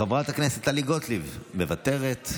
חבר הכנסת יבגני סובה, אינו נוכח,